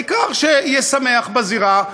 העיקר שיהיה שמח בזירה,